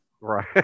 Right